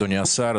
אדוני השר,